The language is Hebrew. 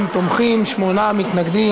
42 תומכים, שמונה מתנגדים.